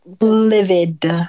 Livid